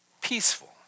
peaceful